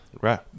Right